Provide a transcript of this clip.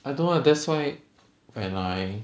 I don't want that's why when I